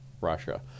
Russia